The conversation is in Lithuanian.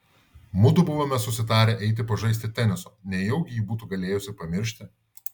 mudu buvome susitarę eiti pažaisti teniso nejaugi ji būtų galėjusi pamiršti